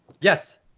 yes